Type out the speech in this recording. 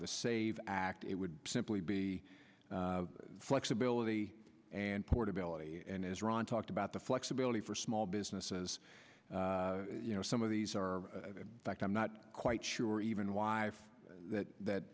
the save act it would simply be flexibility and portability and as ron talked about the flexibility for small businesses you know some of these are back i'm not quite sure even why that